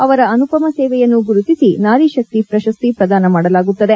ಅವರ ಅನುಪಮ ಸೇವೆಯನ್ನು ಗುರುತಿಸಿ ನಾರಿ ಶಕ್ತಿ ಪ್ರಶಸ್ತಿ ಪ್ರದಾನ ಮಾಡಲಾಗುತ್ತಿದೆ